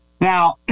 Now